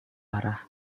arah